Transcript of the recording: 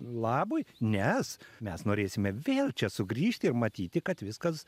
labui nes mes norėsime vėl čia sugrįžti ir matyti kad viskas